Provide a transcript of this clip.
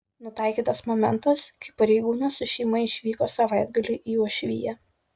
nutaikytas momentas kai pareigūnas su šeima išvyko savaitgaliui į uošviją